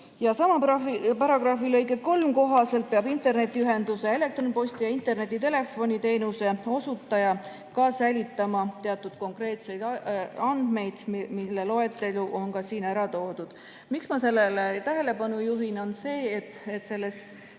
Sama paragrahvi lõike 3 kohaselt on internetiühenduse, elektronposti ja internetitelefoni teenuse osutaja kohustatud säilitama teatud konkreetseid andmed, mille loetelu on siin ära toodud. Miks ma sellele tähelepanu juhin? Selles